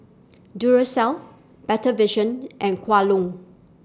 Duracell Better Vision and Kwan Loong